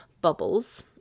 Bubbles